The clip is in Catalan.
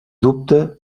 dubte